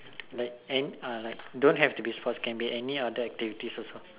then and like don't have to be sports can be any other activities also